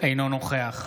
אינו נוכח